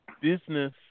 business